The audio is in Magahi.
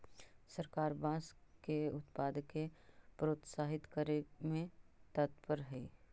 सरकार बाँस के उत्पाद के प्रोत्साहित करे में तत्पर हइ